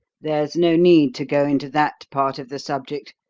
there's no need to go into that part of the subject,